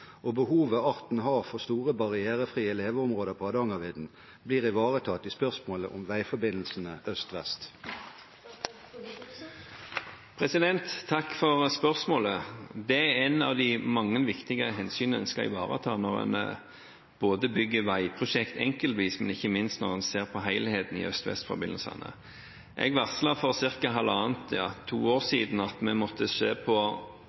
og behovet arten har for store barrierefrie leveområder på Hardangervidda, blir ivaretatt i spørsmålet om veiforbindelsene øst–vest?» Takk for spørsmålet. Det er et av de mange viktige hensyn en skal ivareta både når en bygger veiprosjekt enkeltvis, og ikke minst når en ser på helheten i øst–vest-forbindelsene. Jeg varslet for ca. halvannet–to år siden at vi ikke måtte se på